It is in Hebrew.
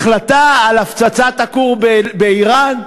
החלטה על הפצצת הכור באיראן?